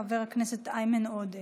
חבר הכנסת איימן עודה.